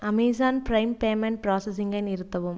Amazon Prime payment பிராசஸிங்கை நிறுத்தவும்